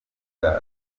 bwazo